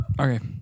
Okay